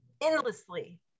endlessly